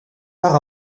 par